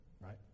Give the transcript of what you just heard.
Right